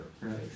right